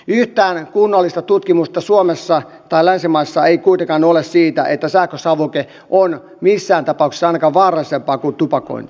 yhtään kunnollista tutkimusta suomessa tai länsimaissa ei kuitenkaan ole siitä että sähkösavuke olisi missään tapauksessa ainakaan vaarallisempi kuin tupakointi